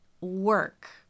work